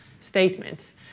statements